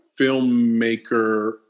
filmmaker